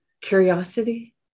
curiosity